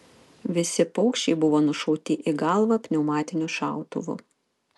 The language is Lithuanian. visi paukščiai buvo nušauti į galvą pneumatiniu šautuvu